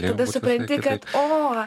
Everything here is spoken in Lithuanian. tada supranti kad o